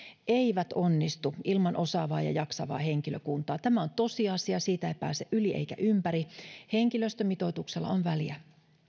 eivät onnistu ilman osaavaa ja jaksavaa henkilökuntaa tämä on tosiasia siitä ei pääse yli eikä ympäri henkilöstömitoituksella on väliä